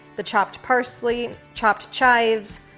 the chopped parsley, chopped chives,